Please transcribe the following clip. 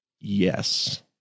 Yes